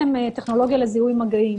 כתבתם טכנולוגיה לזיהוי מגעים.